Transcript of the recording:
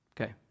Okay